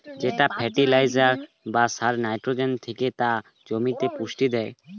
যেই ফার্টিলাইজার বা সারে নাইট্রোজেন থেকে তা জমিতে পুষ্টি দেয়